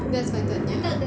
that's python ya